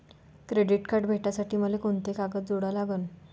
Credit card भेटासाठी मले कोंते कागद जोडा लागन?